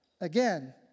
Again